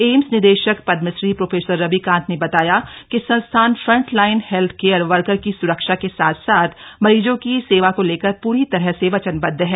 AIIMS निदेशक Padmashri professor Ravi Kant ने बताया कि संस्थान front line health care worker की स्रक्षा के साथ साथ मरीजों की सेवा को लेकर पूरी तरह से वचनबदध है